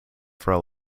for